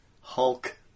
Hulk